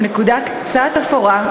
הוא נקודה קצת אפורה,